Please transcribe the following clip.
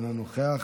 אינו נוכח,